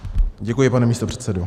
Děkuji, pane místopředsedo.